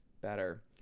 Better